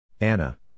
Anna